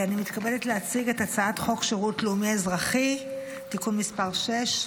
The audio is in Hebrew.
אני מתכבדת להציג את הצעת חוק שירות לאומי-אזרחי (תיקון מס' 6),